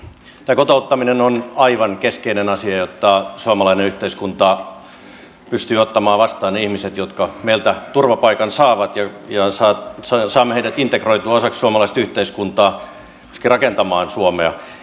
tämä kotouttaminen on aivan keskeinen asia jotta suomalainen yhteiskunta pystyy ottamaan vastaan ne ihmiset jotka meiltä turvapaikan saavat ja saamme heidät integroitua osaksi suomalaista yhteiskuntaa myöskin rakentamaan suomea